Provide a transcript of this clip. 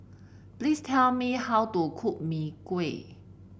please tell me how to cook Mee Kuah